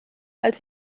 als